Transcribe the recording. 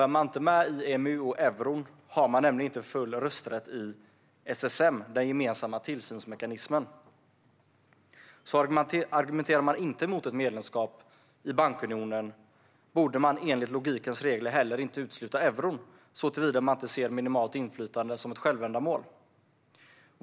Är man inte med i EMU och euron har man nämligen inte full rösträtt i SSM, den gemensamma tillsynsmekanismen. Argumenterar man inte emot ett medlemskap i bankunionen borde man enligt logikens regler heller inte utesluta euron, såvida man inte ser minimalt inflytande som ett självändamål.